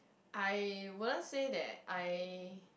I wouldn't say that I